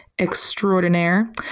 Extraordinaire